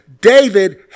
David